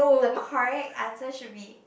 the correct answer should be